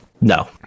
No